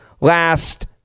last